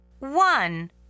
One